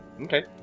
Okay